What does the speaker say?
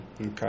Okay